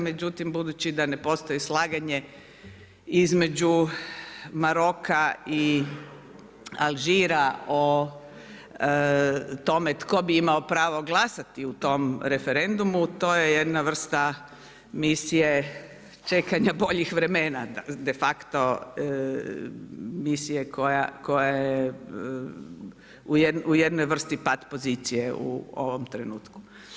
Međutim budući da ne postoji slaganje između Maroka i Alžira o tome tko bi imao pravo glasati o tom referendumu to je jedna vrsta misije čekanja boljih vremena, de facto misije koja je u jednoj vrsti pat pozicije u ovom trenutku.